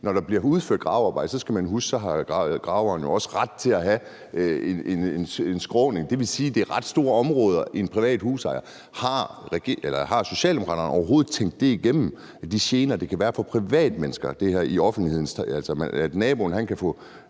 når der bliver udført gravearbejde, skal man huske at graverne også har ret til at have en skråning. Det vil sige, at det er ret store områder, en privat husejer har. Har Socialdemokraterne overhovedet tænkt det igennem og tænkt på de gener, det kan medføre for privatpersoner, at naboen får